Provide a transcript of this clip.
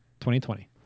2020